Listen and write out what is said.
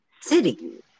city